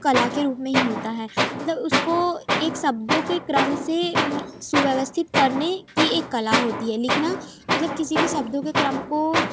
कला के रूप में ही होता है मतलब उसको एक शब्दों के क्रम से सुव्यवस्थित करने की एक कला होती है लिखना मतलब किसी भी शब्दों के क्रम को